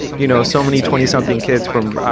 you know, so many twenty something kids from,